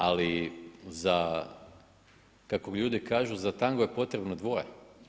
Ali kako ljudi kažu, za tango je potrebno dvoje.